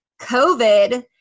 COVID